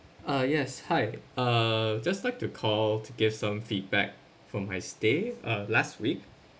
uh yes hi uh just like to call to give some feedback from my stay uh last week